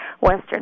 Western